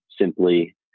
simply